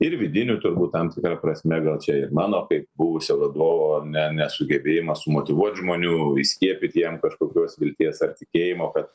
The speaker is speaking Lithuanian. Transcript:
ir vidinių turbūt tam tikra prasme gal čia ir mano kaip buvusio vadovo ne nesugebėjimas sumotyvuot žmonių įskiepyti jiem kažkokios vilties ar tikėjimo kad